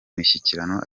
mishyikirano